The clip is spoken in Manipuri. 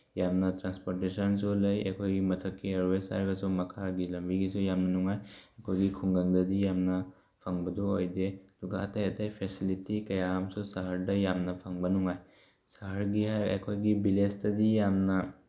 ꯌꯥꯝꯅ ꯇ꯭ꯔꯥꯟꯁꯄꯣꯔꯇꯦꯁꯟꯁꯨ ꯂꯩ ꯑꯩꯈꯣꯏꯒꯤ ꯃꯊꯛꯀꯤ ꯏꯌꯔꯋꯦꯁ ꯍꯥꯏꯔꯒꯁꯨ ꯃꯈꯥꯒꯤ ꯂꯝꯕꯤꯒꯤꯁꯨ ꯌꯥꯝꯅ ꯅꯨꯡꯉꯥꯏ ꯑꯩꯈꯣꯏꯒꯤ ꯈꯨꯡꯒꯪꯗꯗꯤ ꯌꯥꯝꯅ ꯐꯪꯕꯗꯣ ꯑꯣꯏꯗꯦ ꯑꯗꯨꯒ ꯑꯇꯩ ꯑꯇꯩ ꯐꯦꯁꯤꯂꯤꯇꯤ ꯀꯌꯥ ꯑꯃꯁꯨ ꯁꯍꯔꯗ ꯌꯥꯝꯅ ꯐꯪꯕ ꯅꯨꯡꯉꯥꯏ ꯁꯍꯔꯒꯤ ꯑꯩꯈꯣꯏꯒꯤ ꯚꯤꯂꯦꯖꯇꯗꯤ ꯌꯥꯝꯅ